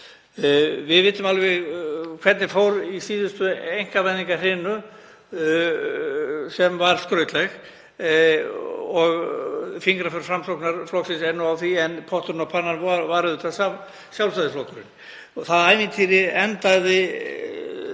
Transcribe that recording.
Við vitum alveg hvernig fór í síðustu einkavæðingarhrinu sem var skrautleg og fingraför Framsóknarflokksins eru á því. En potturinn og pannan var auðvitað Sjálfstæðisflokkurinn. Það ævintýri endaði